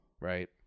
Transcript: Right